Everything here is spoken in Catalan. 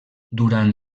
durant